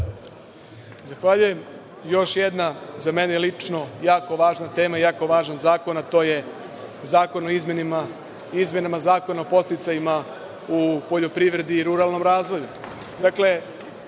Zahvaljujem. Još jedna za mene lično jako važna tema, jako važan zakon, a to je Zakon o izmenama i dopunama Zakona o podsticajima u poljoprivredi i ruralnom razvoju. Dakle,